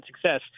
success